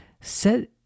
set